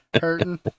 hurting